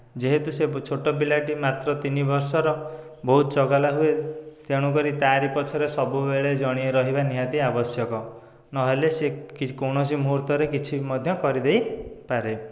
ଯେହେତୁ ସେ ଛୋଟ ପିଲାଟି ମାତ୍ର ତିନିବର୍ଷର ବହୁତ ଚଗଲା ହୁଏ ତେଣୁକରି ତାରିପଛରେ ସବୁବେଳେ ଜଣେ ରହିବା ନିହାତି ଆବଶ୍ୟକ ନହେଲେ ସିଏ କୌଣସି ମୁହୂର୍ତ୍ତରେ କିଛି ବି ମଧ୍ୟ କରିଦେଇପାରେ